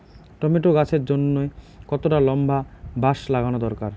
Tomato গাছের জন্যে কতটা লম্বা বাস লাগানো দরকার?